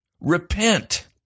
repent